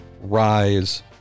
rise